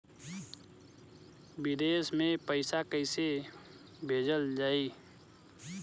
विदेश में पईसा कैसे भेजल जाई?